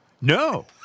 No